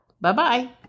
Bye-bye